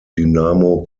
dynamo